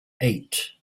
eight